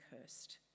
cursed